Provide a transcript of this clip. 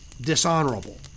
dishonorable